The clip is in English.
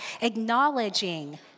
Acknowledging